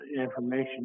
information